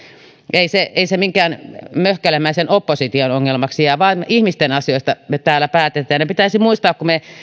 ei se ei se minkään möhkälemäisen opposition ongelmaksi jää vaan ihmisten asioista me täällä päätämme ja pitäisi muistaa kun me